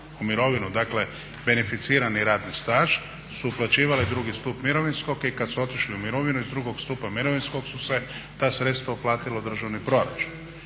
u mirovinu, dakle beneficirani radni staž su uplaćivale drugi stup mirovinskog i kada su otišli u mirovinu iz drugog stupa mirovinskog su se ta sredstva uplatila u državni proračun.